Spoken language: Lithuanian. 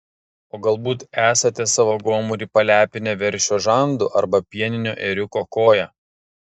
o galbūt esate savo gomurį palepinę veršio žandu arba pieninio ėriuko koja